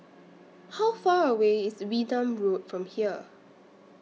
How Far away IS Wee Nam Road from here